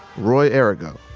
roy arrigo,